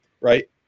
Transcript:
right